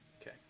Okay